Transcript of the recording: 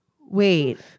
wait